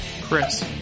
Chris